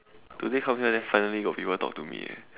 today come here then finally got people talk to me eh